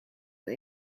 the